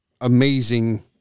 amazing